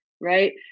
Right